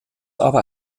aber